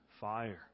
fire